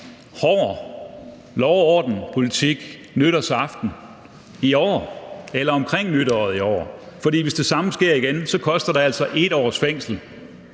hård lov og orden-politik nytårsaften i år eller omkring nytåret i år. For hvis det samme sker igen, koster det altså 1 års fængsel,